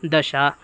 दश